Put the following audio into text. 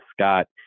Scott